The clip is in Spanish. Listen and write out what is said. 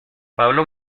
pablo